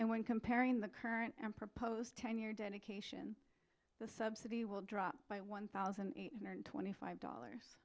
and when comparing the current proposed ten year dedication the subsidy will drop by one thousand eight hundred twenty five dollars